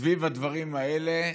סביב הדברים האלה,